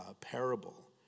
parable